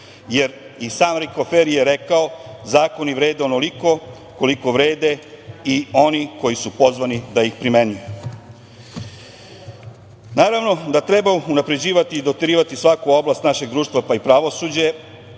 Jer i sam Riko Fer je rekao „zakoni vrede onoliko koliko vrede i oni koji su pozvani da ih primenjuju“.Naravno da treba unapređivati i doterivati svaku oblast našeg društva, pa i pravosuđe.